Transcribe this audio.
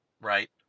right